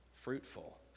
fruitful